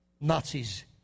Nazis